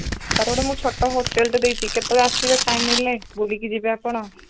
sir ମୁଁ ଗୋଟେ ଛୋଟ ହୋଟେଲ୍ଟେ ଦେଇଛି କେତେବେଳେ ଆସିବେ ଟାଇମ୍ ମିଳିଲେ ବୁଲିକି ଯିବେ ଆପଣ